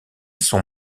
son